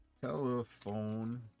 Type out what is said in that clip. telephone